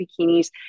bikinis